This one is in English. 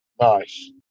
nice